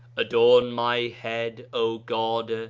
adorn my head, o god,